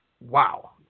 wow